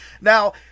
Now